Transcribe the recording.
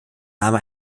name